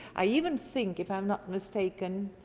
i even think if i'm not mistaken,